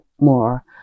more